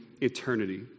eternity